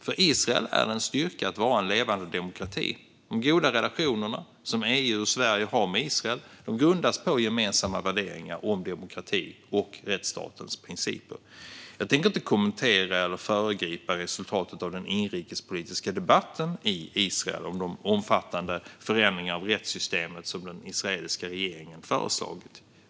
För Israel är det en styrka att vara en levande demokrati. De goda relationer som EU och Sverige har med Israel grundas på gemensamma värderingar om demokrati och rättsstatens principer. Jag tänker inte kommentera eller föregripa resultatet av den inrikespolitiska debatten i Israel om de omfattande förändringar av rättssystemet som den israeliska regeringen har föreslagit.